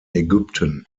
ägypten